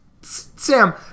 Sam